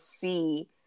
see